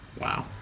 Wow